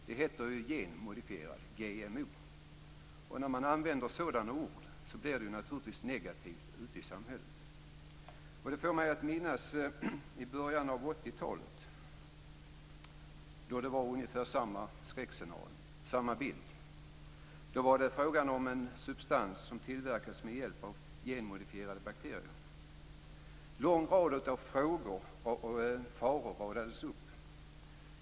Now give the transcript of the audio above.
Det heter genmodifierad, GMO. När man använder ord som "manipulering" blir följden naturligtvis en negativ inställning ute i samhället. I början av 80-talet talades det om ungefär samma skräckscenario. Då var det fråga om en substans som tillverkades med hjälp av genmodifierade bakterier. En lång rad av faror radades upp.